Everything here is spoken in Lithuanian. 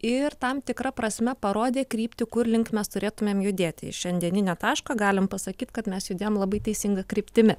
ir tam tikra prasme parodė kryptį kur link mes turėtumėm judėti šiandieninio taško galim pasakyt kad mes judėjom labai teisinga kryptimi